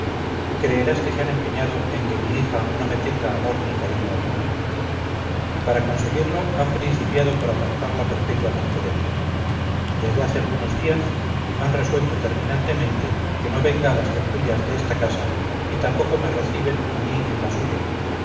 creerás que se han empeñado en que mi hija no me tenga amor ni cariño alguno para conseguirlo han principiado por apartarla perpetuamente de mí desde hace algunos días han resuelto terminantemente que no venga a las tertulias de esta casa y tampoco me reciben a mí en la suya